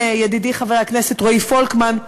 ידידי חבר הכנסת רועי פולקמן.